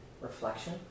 reflection